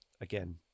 again